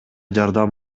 жардам